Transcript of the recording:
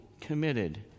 committed